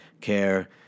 care